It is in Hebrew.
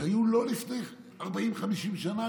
שלא היו לפני 50-40 שנה,